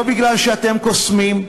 לא כי אתם קוסמים,